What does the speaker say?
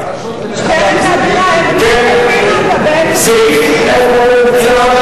הרשות למלחמה בסמים, סעיף 2 הרשות למלחמה